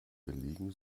belegen